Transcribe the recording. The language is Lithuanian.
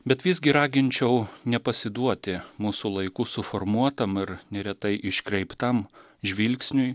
bet visgi raginčiau nepasiduoti mūsų laikų suformuotam ir neretai iškreiptam žvilgsniui